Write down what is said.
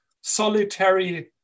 solitary